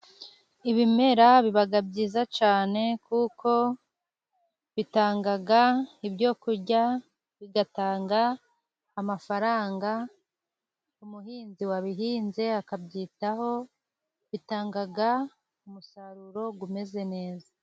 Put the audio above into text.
Ibimera biba byiza cyane kuko bitanga ibyo kurya n' amafaranga. Umuhinzi wabihinze akabyitaho bitanga umusaruro umeze neza.